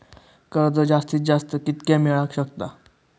कर्ज जास्तीत जास्त कितक्या मेळाक शकता?